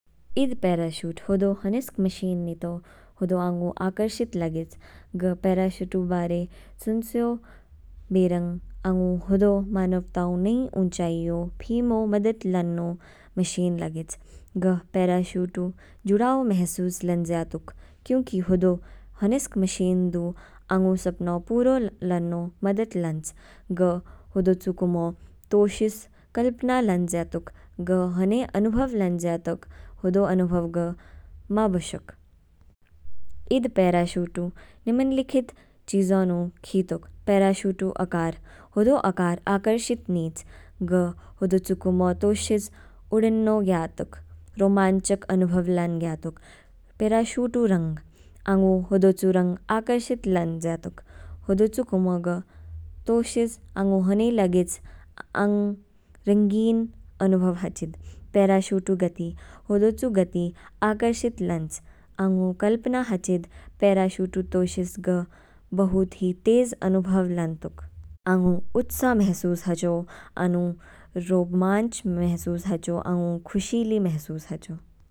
Eid parachute होदो हनेस्क machine नितो, होदो आंगु आकर्षित लागेच। ग पैराशूट बारे सूचियों बेरंग आंगु होदो मानवताओं नई ऊंचाइयों फिमो मदद लान्नो मशीन लागेच। ग पैराशूटू जुडाव मेसूस लानजय तुक, क्योंकि होदो होनेस्क मशीन दु आंगु सपनायु पूरा लानों मदद लांच। ग होदोचू कूमो तोशिश कल्पना लांज्या तुक, ग होने अनुभव लांज्या तुक, होदो अनुभव ग मां बोशक। ईद पैराशूटू निम्नलिखित चीजों नो खेतोक, पैराशूटू आकार होदो आकार आकर्षित नीच, ग होदोचू कूमो तोशिश उड़ानों गयातोक, रोमांचक अनुभव लान गयातोक। पैराशूटू रंग आंगु होदो चू रंग आकर्षित लांज्या तक, होदो चू कूमो ग तोशिश आंगु होने लागेच आनु रंगीन अनुभव हाचेत। पैराशूटू गति होदो चू गति आकर्षित लांच। आंगु कल्पना हाचेत पैराशूटू तोषित ग बहुत ही तेज अनुभव लानतोक, आंगु उत्साह मेसूस हाचो, आंगु रोमांच मेसूस हाचो, आगू खुशी ली मेसूस हाचो।